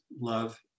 love